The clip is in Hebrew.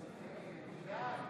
בעד